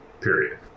period